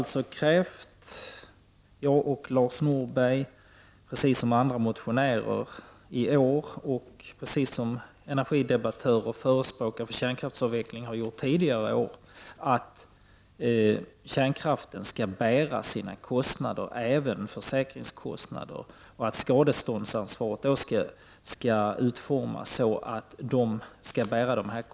Lars Norberg och jag anser, precis som andra motionärer i år och precis som energidebattörer och förespråkare för kärnkraftsavveckling tidigare år, att kärnkraftsindustrin skall bära sina kostnader, även försäkringskostnader, och att den skall ha fullt skadeståndsansvar.